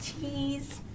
Cheese